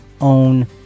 own